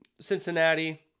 Cincinnati